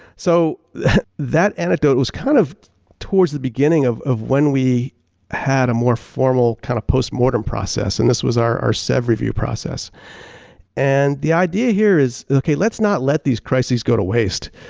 so that anecdote was kind of towards the beginning of of when we had a more formal kind of post-mortem process and this was our our sev review process and the idea here is okay, let's not let these crisis go to waste.